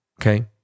Okay